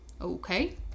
Okay